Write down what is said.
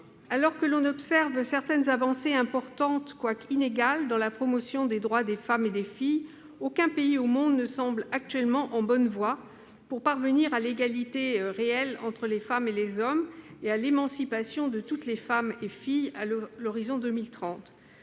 Alors que l'on observe certaines avancées importantes, quoiqu'inégales, dans la promotion des droits des femmes et des filles, aucun pays au monde ne semble actuellement en bonne voie pour parvenir à l'égalité réelle entre les femmes et les hommes et à l'émancipation de toutes les femmes et filles à l'horizon 2030.